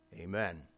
Amen